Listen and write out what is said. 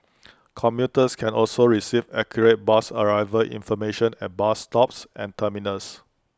commuters can also receive accurate bus arrival information at bus stops and terminals